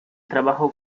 trabajó